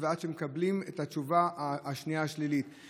ועד שמקבלים את התשובה השלילית השנייה.